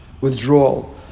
withdrawal